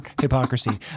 hypocrisy